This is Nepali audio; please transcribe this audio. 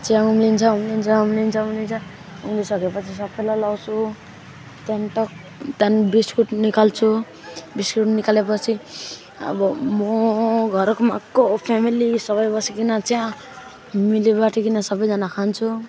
चिया उम्लिन्छ उम्लिन्छ उम्लिन्छ उम्लिन्छ उम्लिसकेपछि सबैलाई लगाउँछु त्यहाँदेखि टक्क त्यहाँदेखि बिस्कुट निकाल्छु बिस्कुट निकालेपछि अब म घरमा को फ्यामिली सबै बसिकन चिया मिलीबाँडीकन सबैजना खान्छौँ